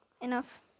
enough